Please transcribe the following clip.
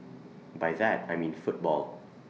by that I mean football